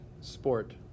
sport